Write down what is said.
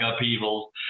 upheavals